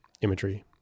imagery